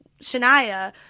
Shania